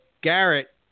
Garrett